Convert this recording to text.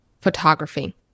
photography